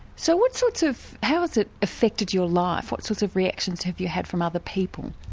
so what sorts of how has it affected your life, what sorts of reactions have you had from other people?